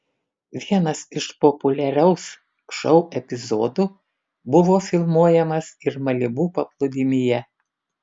vienas iš populiaraus šou epizodų buvo filmuojamas ir malibu paplūdimyje